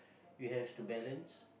you have to balance